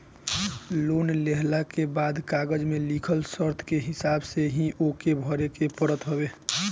loan लेहला के बाद कागज में लिखल शर्त के हिसाब से ही ओके भरे के पड़त हवे